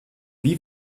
wie